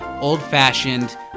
old-fashioned